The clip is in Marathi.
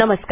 नमस्कार